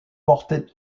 porter